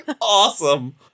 awesome